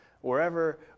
wherever